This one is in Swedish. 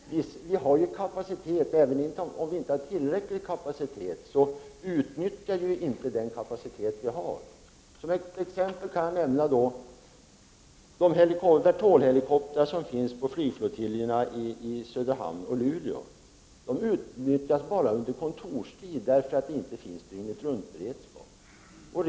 Vi har kapacitet, även om den inte är tillräcklig, men vi utnyttjar inte den kapacitet som vi har. Som exempel kan jag nämna att de två helikoptrar som finns på flygflottiljerna i Söderhamn och Luleå utnyttjas enbart under kontorstid därför att det inte finns dygnet-runt-beredskap.